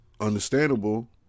Understandable